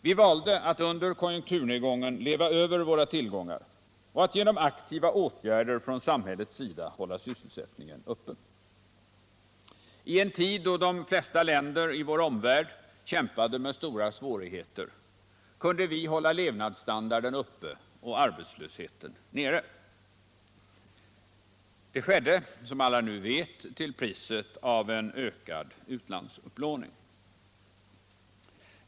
Vi valde att under konjunkturnedgången leva över våra tillgångar och att genom aktiva åtgärder från samhällets sida hålla sysselsättningen uppe. Ien tid då de flesta länder i vår omvärld kämpade med stora svårigheter, kunde vi hålla levnadsstandarden uppe och arbetslösheten nere. Det skedde som alla nu vet till priset av en ökad utlandsupplåning.